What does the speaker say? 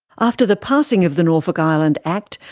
after the passing of the norfolk island act,